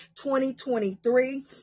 2023